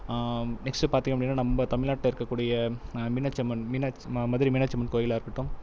next பார்த்தீங்கன்னா நம்ம தமிழ்நாட்டில் இருக்க கூடிய மீனாட்சி அம்மன் மீனாட்சி மதுரை மீனாட்சி அம்மன் கோவிலாக இருக்கட்டும்